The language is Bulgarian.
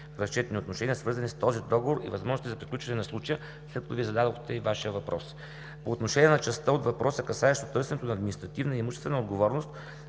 разчетни отношения, свързани с този договор и възможностите за приключване на случая, след като Вие зададохте и Вашия въпрос. По отношение на частта от въпрос, касаеща търсенето на административна и имуществена отговорност,